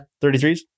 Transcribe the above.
33s